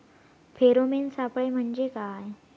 Pheromone सापळे म्हंजे काय?